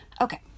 Okay